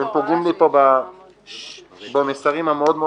אתם פוגעים לי פה במסרים המאוד מאוד